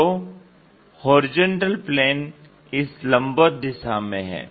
तो HP इस लंबवत दिशा में है